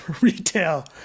retail